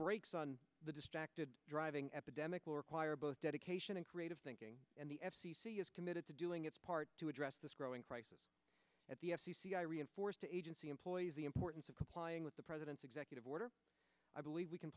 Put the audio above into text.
brakes on the distracted driving epidemic will require both dedication and creative thinking and the f c c is committed to doing its part to address this growing crisis at the f c c i reinforced the agency employees the importance of complying with the president's executive order i believe we can